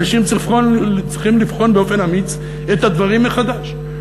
אנשים צריכים לבחון באופן אמיץ את הדברים מחדש.